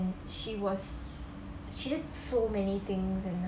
she was she did so many things and